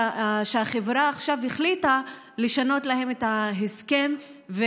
החברה החליטה לשנות להם את ההסכם.